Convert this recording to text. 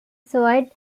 soviet